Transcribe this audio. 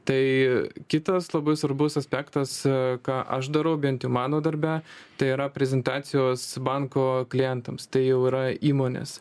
tai kitas labai svarbus aspektas ką aš darau bent jau mano darbe tai yra prezentacijos banko klientams tai jau yra įmonės